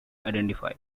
identify